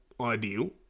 ideal